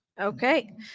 Okay